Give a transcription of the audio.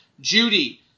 Judy